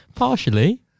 Partially